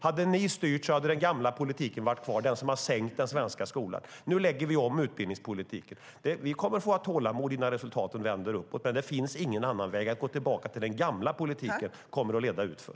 Hade ni styrt skulle den gamla politiken ha varit kvar, den som sänkt den svenska skolan. Nu lägger vi om utbildningspolitiken. Vi behöver ha tålamod innan resultaten vänder uppåt, men det finns ingen annan väg. Att gå tillbaka till den gamla politiken skulle leda utför.